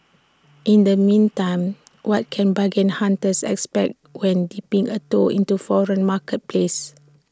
in the meantime what can bargain hunters expect when dipping A toe into foreign marketplaces